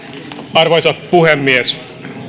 arvoisa puhemies